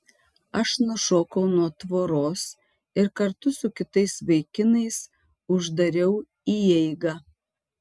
aš nušokau nuo tvoros ir kartu su kitais vaikinais uždariau įeigą